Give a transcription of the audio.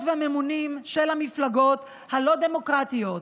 והממונים של המפלגות הלא-דמוקרטיות,